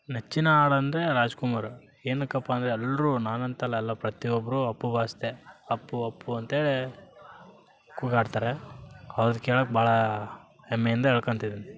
ನೆಚ್ಚಿನ ಹಾಡ್ ಅಂದರೆ ರಾಜ್ಕುಮಾರ್ ಏನಕ್ಕಪ್ಪಾ ಅಂದರೆ ಎಲ್ಲರು ನಾನಂತಲ್ಲ ಎಲ್ಲ ಪ್ರತಿಯೊಬ್ಬರು ಅಪ್ಪು ಬಾಸ್ದೆ ಅಪ್ಪು ಅಪ್ಪು ಅಂತೇಳಿ ಕೂಗಾಡ್ತಾರೆ ಅವ್ರದು ಕೇಳೋಕ್ ಭಾಳ ಹೆಮ್ಮೆಯಿಂದ ಹೇಳ್ಕೊಂತಿನಿ